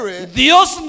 Dios